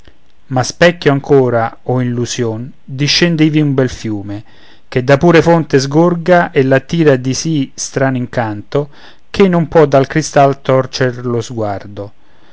ma specchio ancora o illusion discende ivi un bel fiume che da pura fonte sgorga e l'attira di sì strano incanto ch'ei non può dal cristal torcer lo sguardo